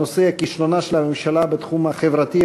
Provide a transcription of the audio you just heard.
בנושא: כישלונה של הממשלה בתחום החברתי,